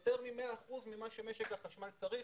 של יותר מ-100% ממה שמשק החשמל צריך.